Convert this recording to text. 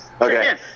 okay